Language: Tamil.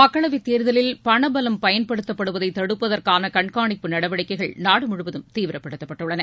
மக்களவை தேர்தலில் பண பலம் பயன்படுத்தப்படுவதை தடுப்பதற்கான கண்காணிப்பு நடவடிக்கைகள் நாடு முழுவதும் தீவிரப்படுத்தப்பட்டுள்ளன